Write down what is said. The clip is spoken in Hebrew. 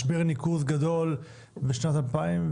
משבר ניקוז גדול בשנת 2014